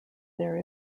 there